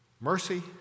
Mercy